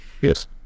yes